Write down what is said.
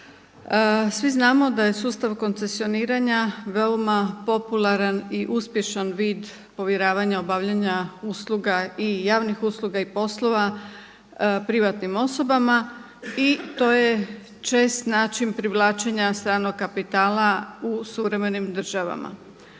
Svi znamo da je sustav koncesioniranja veoma popularan i uspješan vid povjeravanja obavljanja usluga i javnih usluga i poslova privatnim osobama i to je čest način privlačenja stranog kapitala u suvremenim državama.